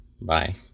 bye